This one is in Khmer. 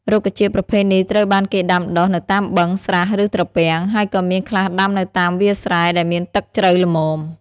រុក្ខជាតិប្រភេទនេះត្រូវបានគេដាំដុះនៅតាមបឹង ស្រះ ឬត្រពាំង ហើយក៏មានខ្លះដាំនៅតាមវាលស្រែដែលមានទឹកជ្រៅល្មម ។